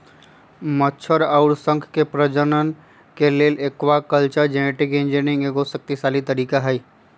मछर अउर शंख के प्रजनन के लेल एक्वाकल्चर जेनेटिक इंजीनियरिंग एगो शक्तिशाली तरीका हई